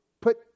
put